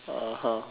(uh huh)